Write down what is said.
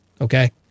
Okay